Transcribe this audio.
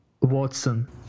Watson